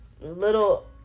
little